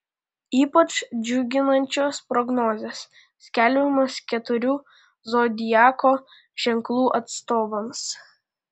ypač džiuginančios prognozės skelbiamos keturių zodiako ženklų atstovams